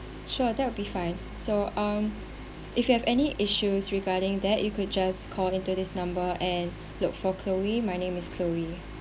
sure that would be fine so um if you have any issues regarding that you could just call in to this number and look for chloe my name is chloe